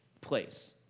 place